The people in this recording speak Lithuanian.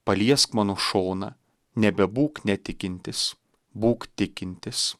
paliesk mano šoną nebebūk netikintis būk tikintis